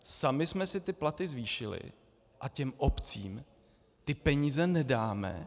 Sami jsme si ty platy zvýšili, a těm obcím ty peníze nedáme?